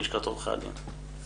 לשכת עורכי הדין.